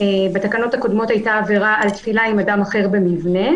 בתקנות הקודמות היתה עבירה על תפילה עם אדם אחר במבנה.